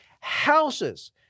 Houses